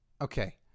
Okay